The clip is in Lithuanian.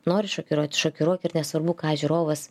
nori šokiruot šokiruok ir nesvarbu ką žiūrovas